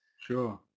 Sure